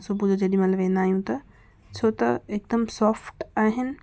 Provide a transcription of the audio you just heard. सुबुह जो जेॾीमहिल वेंदा आहियूं त छो त हिकदमि सॉफ़्ट आहिनि